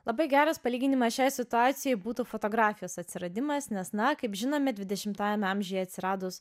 labai geras palyginimas šiai situacijai būtų fotografijos atsiradimas nes na kaip žinome dvidešimtajame amžiuje atsiradus